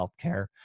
healthcare